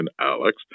Alex